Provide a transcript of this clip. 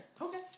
Okay